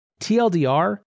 TLDR